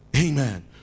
Amen